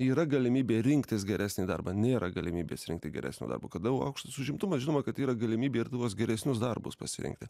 yra galimybė rinktis geresnį darbą nėra galimybės rinkti geresnio darbo kada aukštas užimtumas žinoma kad yra galimybė ir tuos geresnius darbus pasirinkti